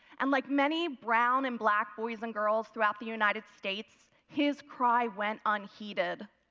and like many brown and black boys and girls throughout the united states, his cry went unheeded.